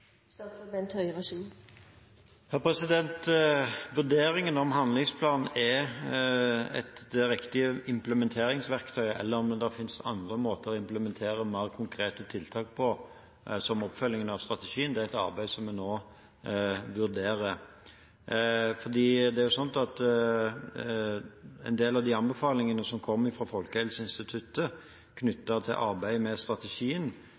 Vurderingen av om en handlingsplan er et riktig implementeringsverktøy, eller om det finnes andre måter å implementere mer konkrete tiltak på som oppfølging av strategien, er et arbeid som vi nå vurderer. En del av de anbefalingene som kom fra Folkehelseinstituttet knyttet til arbeidet med strategien,